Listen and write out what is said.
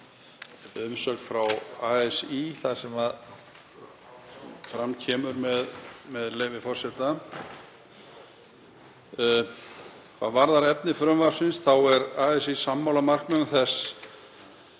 er með umsögn frá ASÍ þar sem fram kemur, með leyfi forseta: „Hvað varðar efni frumvarpsins þá er ASÍ sammála markmiðum þess